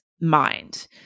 mind